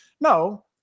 No